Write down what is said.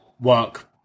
work